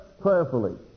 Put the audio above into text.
prayerfully